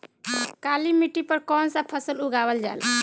काली मिट्टी पर कौन सा फ़सल उगावल जाला?